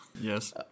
Yes